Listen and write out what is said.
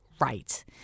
right